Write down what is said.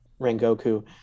Rengoku